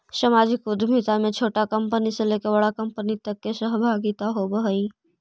सामाजिक उद्यमिता में छोटा कंपनी से लेके बड़ा कंपनी तक के सहभागिता होवऽ हई